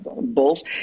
bulls